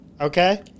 Okay